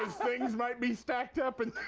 things might be stacked up in